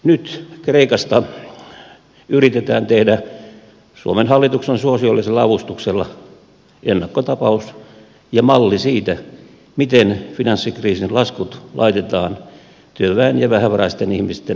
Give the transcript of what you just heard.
nyt kreikasta yritetään tehdä suomen hallituksen suosiollisella avustuksella ennakkotapaus ja malli siitä miten finanssikriisin laskut laitetaan työväen ja vähävaraisten ihmisten maksettavaksi